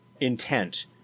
intent